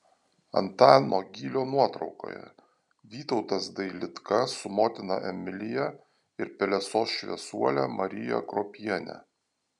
antano gylio nuotraukoje vytautas dailidka su motina emilija ir pelesos šviesuole marija kruopiene